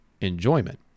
enjoyment